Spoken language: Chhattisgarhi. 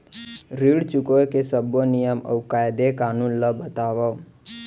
ऋण चुकाए के सब्बो नियम अऊ कायदे कानून ला बतावव